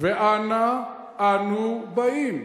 ואנה אנו באים?